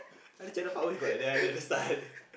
I know channel five always got like that one at the start